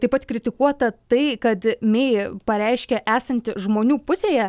taip pat kritikuota tai kad mei pareiškė esanti žmonių pusėje